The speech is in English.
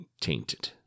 tainted